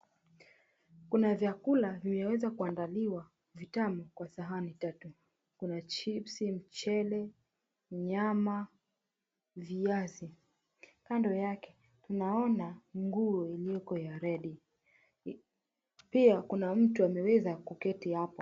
Kuna vyakula vimeweza kuandaliwa vitamu kwa sahani tatu. Kuna chipsi, mchele, nyama, viazi. Kando yake tunaona nguo iliyoko ya red . Pia kuna mtu ameweza kuketi hapo.